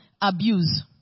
abuse